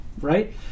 right